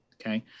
Okay